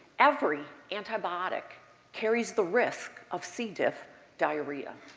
every antibiotic carries the risk of c. diff diarrhea.